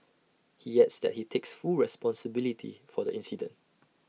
he adds that he takes full responsibility for the incident